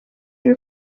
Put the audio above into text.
iba